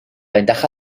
ventaja